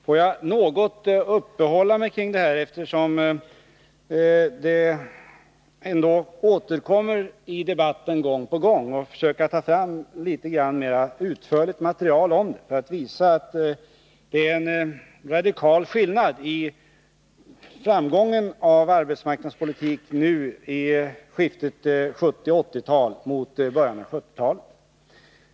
Får jag något uppehålla mig vid detta, eftersom det ändå återkommer i debatten gång på gång, och försöka ta fram litet mera utförligt material för att visa att det är en radikal skillnad i sättet att sköta arbetsmarknadspolitiken om man jämför nuläget med förhållandet i början av 1970-talet.